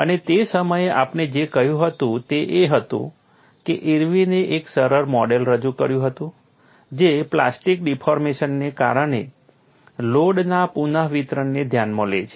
અને તે સમયે આપણે જે કહ્યું હતું તે એ હતું કે ઇર્વિને એક સરળ મોડેલ રજૂ કર્યું હતું જે પ્લાસ્ટિક ડિફોર્મેશનને કારણે લોડના પુનઃવિતરણને ધ્યાનમાં લે છે